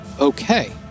Okay